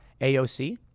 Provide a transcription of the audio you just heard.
AOC